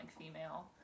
female